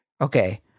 Okay